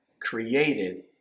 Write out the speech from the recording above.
Created